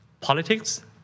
politics